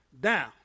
down